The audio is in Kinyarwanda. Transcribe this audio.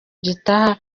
gitaha